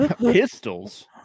Pistols